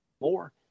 more